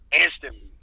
Instantly